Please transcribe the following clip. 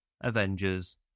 Avengers